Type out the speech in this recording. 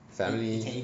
family